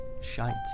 shite